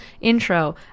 intro